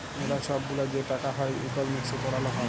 ম্যালা ছব গুলা যে টাকা হ্যয় ইকলমিক্সে পড়াল হ্যয়